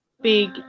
Big